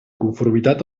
conformitat